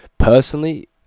Personally